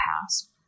past